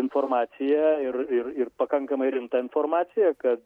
informaciją ir ir ir pakankamai rimtą informaciją kad